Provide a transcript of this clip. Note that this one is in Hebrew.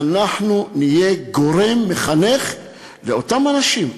ואנחנו נהיה גורם מחנך לאותם אנשים.